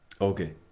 Okay